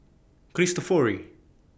Cristofori